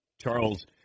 Charles